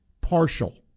partial